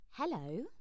Hello